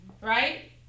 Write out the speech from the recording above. right